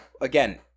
again